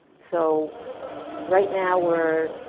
so right now we're